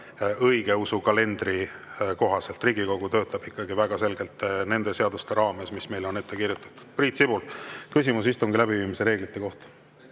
õigeusu kalendri kohaselt, Riigikogu töötab ikkagi väga selgelt nendes raamides, mis meile on seadustega ette kirjutatud. Priit Sibul, küsimus istungi läbiviimise reeglite kohta.